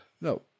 no